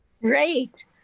Great